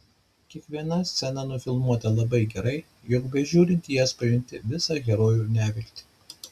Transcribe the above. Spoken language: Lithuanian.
kiekviena scena nufilmuota labai gerai jog bežiūrint į jas pajunti visą herojų neviltį